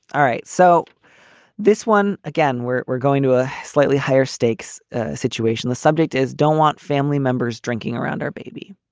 all right. so this one again, where we're going to a slightly higher stakes situation. the subject is don't want family members drinking around our baby.